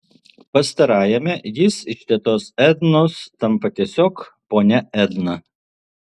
pastarajame jis iš tetos ednos tampa tiesiog ponia edna